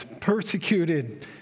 persecuted